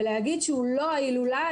ולהגיד שהוא לא ההילולה,